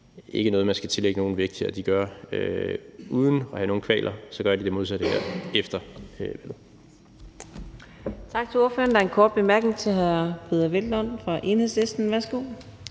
valget, ikke er noget, man skal tillægge nogen vægt. Uden at have nogen kvaler gør de det modsatte her efter